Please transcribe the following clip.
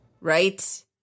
Right